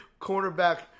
cornerback